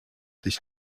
dich